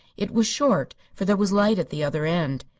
it was short, for there was light at the other end.